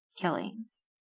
killings